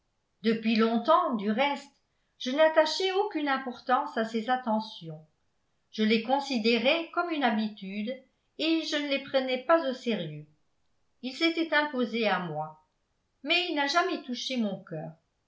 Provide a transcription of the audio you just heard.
depuis longtemps du reste je n'attachais aucune importance à ses attentions je les considérais comme une habitude et je ne les prenais pas au sérieux il s'était imposé à moi mais il n'a jamais touché mon cœur